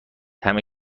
همه